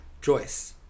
Joyce